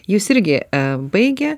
jūs irgi a baigę